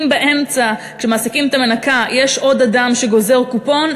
אם כשמעסיקים את המנקה יש באמצע עוד אדם שגוזר קופון,